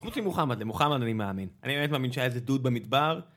קבוצים מוחמד, למוחמד אני מאמין, אני באמת מאמין שהיה איזה עדות במדבר